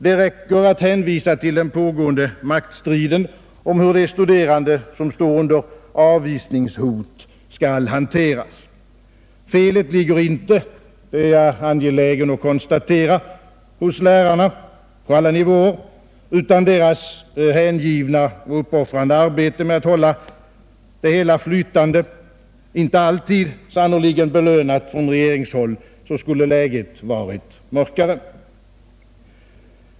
Det räcker med att hänvisa till den pågående maktstriden om hur de studerande som står inför avvisningshot skall hanteras. Felet ligger inte — detta är jag angelägen att konstatera — hos lärarna på någon nivå. Utan deras hängivna och uppoffrande arbete med att hålla det hela flytande — sannerligen inte alltid belönat från regeringshåll — skulle bilden varit mörkare.